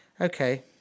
okay